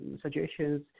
suggestions